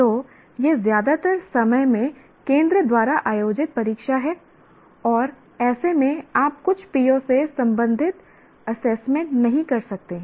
तो यह ज्यादातर समय में केंद्र द्वारा आयोजित परीक्षा है और ऐसे में आप कुछ PO से संबंधित एसेसमेंट नहीं कर सकते हैं